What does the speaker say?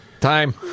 Time